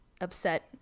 upset